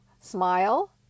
smile